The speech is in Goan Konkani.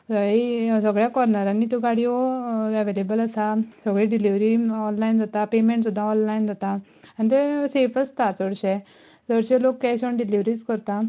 सगळ्या कोर्नरांनी त्यो गाड्यो अवेलेबल आसा सगळी डिलिव्हरी ऑनलायन जाता पेमँट सुद्दां ऑनलायन जाता आनी तें सेफ आसता चडशें चडशे लोक कॅश ऑन डिलिव्हरीच करता